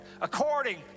according